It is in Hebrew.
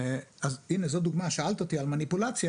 שאלת אותי על מניפולציה